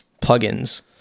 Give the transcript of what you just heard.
plugins